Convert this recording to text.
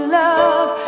love